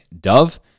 Dove